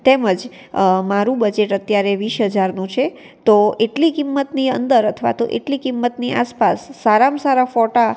તેમજ મારું બજેટ અત્યારે વીસ હજારનું છે તો એટલી કિંમતની અંદર અથવા તો એટલી કિંમતની આસપાસ સારામાં સારા ફોટા